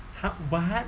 !huh! what